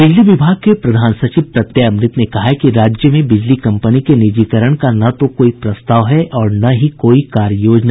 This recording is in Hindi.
बिजली विभाग के प्रधान सचिव प्रत्यय अमृत ने कहा है कि राज्य में बिजली कम्पनी के निजीकरण का न तो कोई प्रस्ताव है और न ही कोई कार्य योजना